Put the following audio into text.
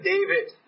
David